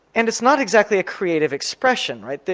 and it's not exactly a creative expression right.